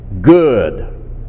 good